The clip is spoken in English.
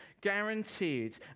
guaranteed